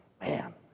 Man